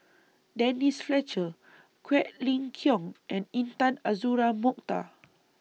Denise Fletcher Quek Ling Kiong and Intan Azura Mokhtar